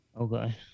Okay